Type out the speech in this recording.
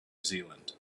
zealand